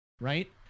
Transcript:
right